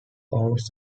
owns